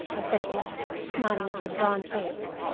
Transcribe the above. i said at last, smiling at her drawn face.